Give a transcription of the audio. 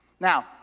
Now